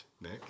Nick